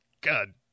god